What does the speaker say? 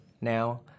now